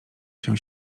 się